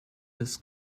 this